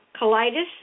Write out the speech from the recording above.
colitis